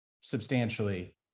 substantially